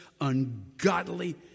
ungodly